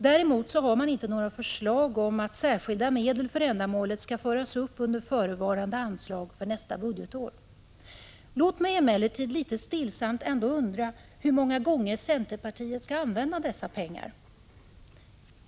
Däremot har man inte några förslag om att särskilda medel för ändamålet skall föras upp under förevarande anslag för nästa budgetår. Låt mig emellertid litet stillsamt undra hur många gånger centerpartiet skall använda dessa pengar.